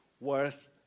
worth